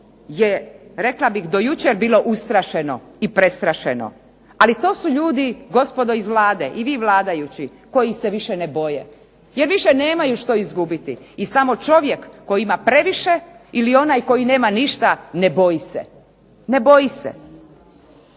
je rekla bih do jučer bilo ustrašeno i prestrašeno ali to su ljudi gospodo iz Vlade i vi vladajući koji se više ne boje jer više nemaju što izgubiti. I samo čovjek koji ima previše ili onaj koji nema ništa ne boji se. To su